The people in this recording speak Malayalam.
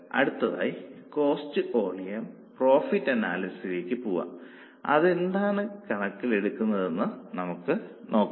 അടുത്തതായി കോസ്റ്റ് വോളിയം പ്രോഫിറ്റ് അനാലിസിസിലേക്ക് പോകാം അതിനെന്താണ് കണക്കിലെടുക്കുന്നതെന്ന് നമുക്ക് നോക്കാം